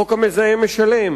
חוק המזהם משלם,